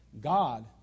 God